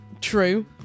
True